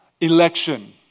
Election